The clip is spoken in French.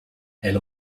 elle